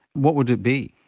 what would it be?